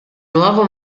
nuovo